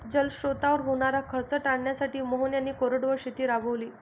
जलस्रोतांवर होणारा खर्च टाळण्यासाठी मोहन यांनी कोरडवाहू शेती राबवली